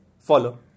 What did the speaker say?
follow